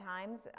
times